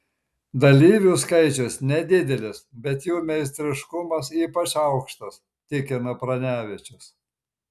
dalyvių skaičius nedidelis bet jų meistriškumas ypač aukštas tikina pranevičius